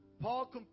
Paul